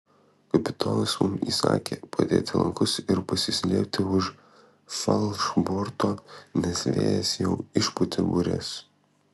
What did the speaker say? kapitonas mums įsakė padėti lankus ir pasislėpti už falšborto nes vėjas jau išpūtė bures